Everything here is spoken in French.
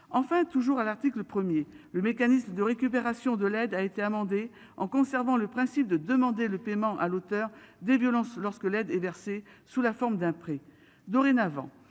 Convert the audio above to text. Enfin, toujours à l'article 1er, le mécanisme de récupération de l'aide a été amendé en conservant le principe de demander le paiement à l'auteur des violences lorsque l'aide est versée sous la forme d'un prêt